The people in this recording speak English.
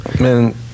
man